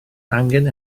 angen